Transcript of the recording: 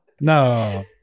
No